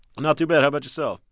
i'm not too bad. how about yourself?